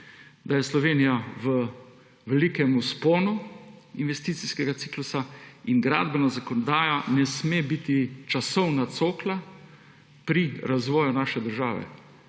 da je Slovenija v velikem vzponu investicijskega ciklusa in gradbena zakonodaja ne sme biti časovna cokla pri razvoju naše države.